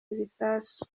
ibisasu